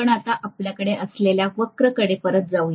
आपण आता आपल्याकडे असलेल्या वक्रकडे परत जाऊ या